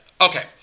Okay